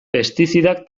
pestizidak